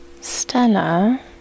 Stella